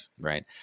right